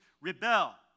rebel